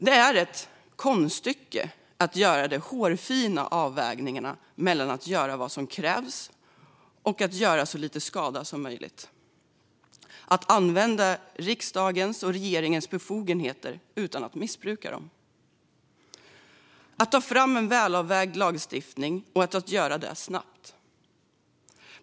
Det är ett konststycke att göra de hårfina avvägningarna mellan att göra vad som krävs och att göra så lite skada som möjligt, det vill säga att använda riksdagens och regeringens befogenheter utan att missbruka dem. Det handlar om att ta fram en välavvägd lagstiftning, och att göra det snabbt.